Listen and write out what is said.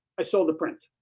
i sold a print.